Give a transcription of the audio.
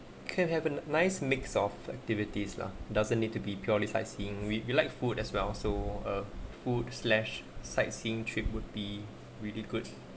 can have an nice mix of activities lah doesn't need to be purely sightseeing with you like food as well so err food slash sightseeing trip would be really good